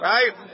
Right